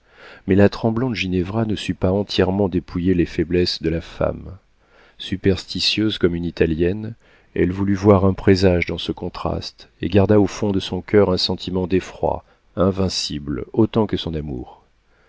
mais la tremblante ginevra ne sut pas entièrement dépouiller les faiblesses de la femme superstitieuse comme une italienne elle voulut voir un présage dans ce contraste et garda au fond de son coeur un sentiment d'effroi invincible autant que son amour